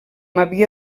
havia